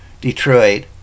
Detroit